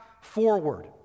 forward